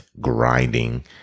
grinding